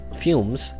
fumes